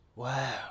Wow